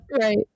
Right